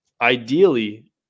ideally